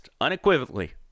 unequivocally